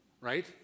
Right